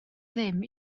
ddim